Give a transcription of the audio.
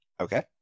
Okay